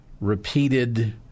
repeated